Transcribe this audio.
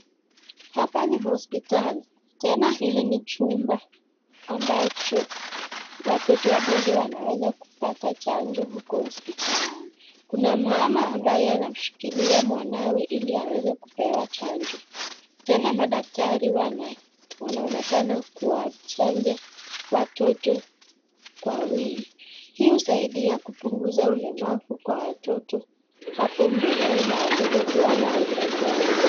Hapa ni hospitali tena hili ni chumba ambacho watoto wadogo wanaweza kupata chanjo huko hospitali. Kuna mmama ambaye anamshikilia mwanawe ili aweze kupewa chanjo. Tena madaktari wanaonekana kuwachanja watoto wawili hii husaidia kupunguza ulemavu kwa watoto hapo mbeleni na watoto kuwa na afya bora.